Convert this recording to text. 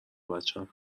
بچم